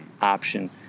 option